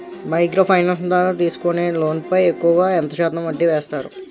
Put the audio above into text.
Micro finance ద్వారా తీసుకునే loan పై ఎక్కువుగా ఎంత శాతం వడ్డీ వేస్తారు?